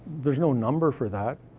there's no number for that.